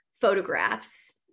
photographs